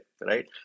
right